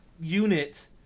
unit